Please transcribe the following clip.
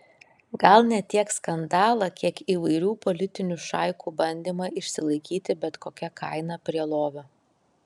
gal ne tiek skandalą kiek įvairių politinių šaikų bandymą išsilaikyti bet kokia kaina prie lovio